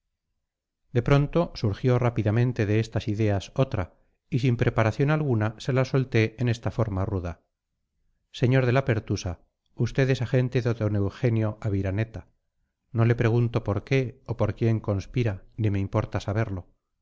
de pronto surgió rápidamente de estas ideas otra y sin preparación alguna se la solté en esta forma ruda sr de la pertusa usted es agente de d eugenio aviraneta no le pregunto por qué o por quién conspira ni me importa saberlo